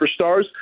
superstars